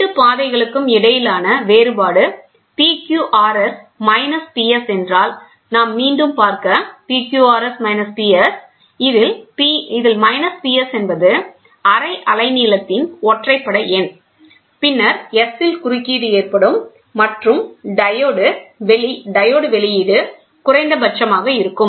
2 பாதைகளுக்கு இடையிலான வேறுபாடு PQRS மைனஸ் PS என்றால் நாம் மீண்டும் பார்க்க PQRS மைனஸ் PS இதில் மைனஸ் PS என்பது அரை அலைநீளத்தின் ஒற்றைப்படை எண் பின்னர் S இல் குறுக்கீடு ஏற்படும் மற்றும் டையோடு வெளியீடு குறைந்தபட்சமாக இருக்கும்